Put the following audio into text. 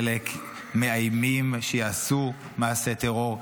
חלק מאיימים שיעשו מעשה טרור.